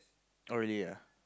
oh really ah